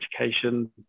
education